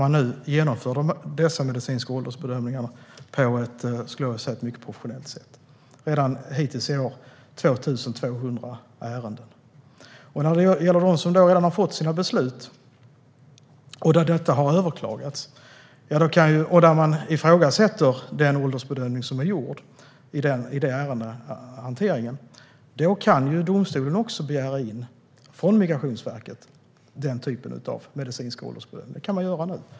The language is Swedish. Nu genomförs dessa medicinska åldersbedömningar på ett mycket professionellt sätt. Hittills i år är det fråga om 2 200 ärenden. För dem som redan har fått sina beslut, och där besluten har överklagats på grund av att åldersbedömningen ifrågasätts, kan domstolen begära in från Migrationsverket den typen av medicinska åldersbedömningar.